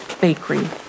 bakery